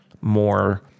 more